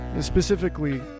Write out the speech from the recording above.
Specifically